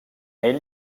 ell